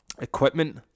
Equipment